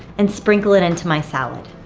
and sprinkle it into my salad.